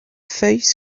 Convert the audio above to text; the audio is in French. feuilles